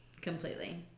completely